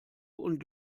und